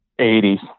80s